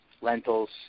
lentils